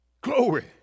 Glory